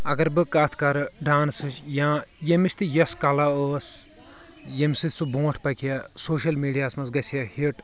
اگر بہٕ کتھ کرٕ ڈانسٕچ یا ییٚمِس تہِ یۄس کلا ٲس یمہِ سۭتۍ سُہ برونٛٹھ پکہا سوشل میڈہا ہس منٛز گژھ ہا ہٹ